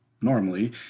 normally